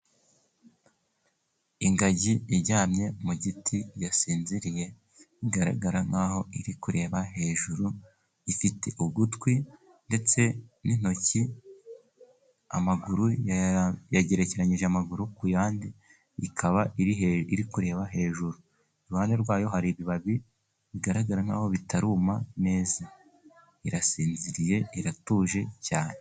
Ingagi iryamye mu giti yasinziriye, igaragara nkaho iri kureba hejuru, ifite ugutwi ndetse n'intoki, amaguru yagerekeranije amaguru ku yandi, ikaba iri iri kureba hejuru, iruhande rwayo hari ibibabi bigaragara nkaho bitaruma neza, irasinziriye iratuje cyane.